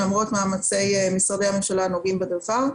למרות מאמצי משרדי הממשלה הנוגעים בדבר.